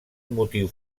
motiu